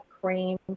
cream